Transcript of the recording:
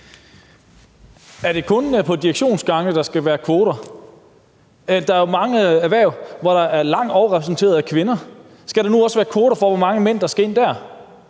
Er det kun på direktionsgange, at der skal være kvoter? Der er jo mange erhverv, hvor der er en stor overrepræsentation af kvinder. Skal der nu også være kvoter for, hvor mange mænd der skal ind der?